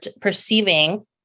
perceiving